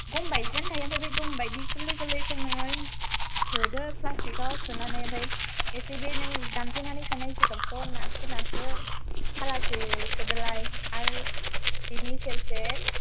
गम बायदियानो थायो ओमफ्राय बे गम बायदि गोरलै गोरलैखौ नोङो सोदो फ्लास्टिकाव सोनानै ओमफ्राय एसे बे नों दानफ्लेनानै सोनाय जिगाबखौ नारसो नारसो थालासे सोदोलाय आरो बेनि सेर सेर